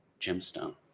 gemstone